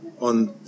on